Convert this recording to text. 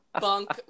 bunk